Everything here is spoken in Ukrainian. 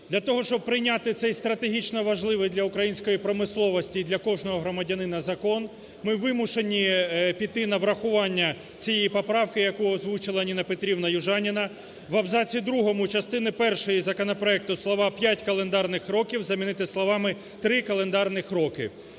для того, щоб прийняти цей стратегічно важливий для української промисловості і для кожного громадянина закон, ми вимушені піти на врахування цієї поправки, яку озвучила Ніна Петрівна Южаніна. В абзаці другому частини першої законопроекту слова "5 календарних років" замінити словами "3 календарних роки".